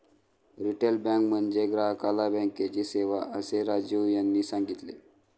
retail bank म्हणजे ग्राहकाला बँकेची सेवा, असे राजीव यांनी सांगितले